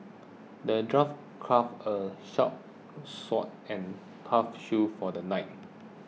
the dwarf crafted a sharp sword and tough shield for the knight